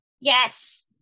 Yes